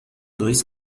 dois